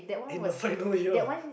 in the final year